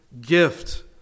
gift